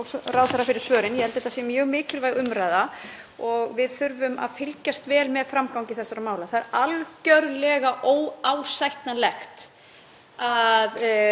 að það verði til refsilækkunar hversu langan tíma hefur tekið að rannsaka mál. Það er algjörlega óásættanlegt og við eigum alls ekki að sætta okkur við það. Mig langar að